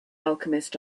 alchemist